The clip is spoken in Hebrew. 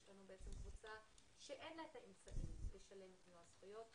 יש לנו בעצם קבוצה שאין לה את האמצעים לשלם מלוא הזכויות,